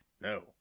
No